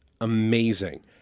amazing